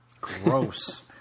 Gross